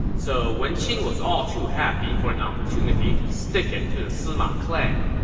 so wen qin was all too happy for an opportunity to stick it to the sima clan.